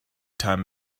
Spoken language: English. time